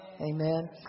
amen